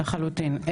לחלוטין.